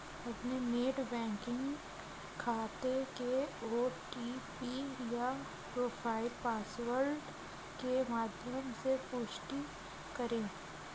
अपने net banking खाते के ओ.टी.पी या प्रोफाइल पासवर्ड के माध्यम से पुष्टि करें